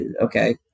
okay